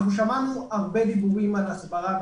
שמענו הרבה דיבורים על הסברה,